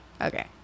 okay